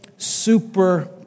super